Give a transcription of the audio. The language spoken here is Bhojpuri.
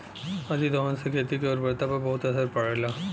अतिदोहन से खेती के उर्वरता पर बहुत असर पड़ेला